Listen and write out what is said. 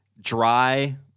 dry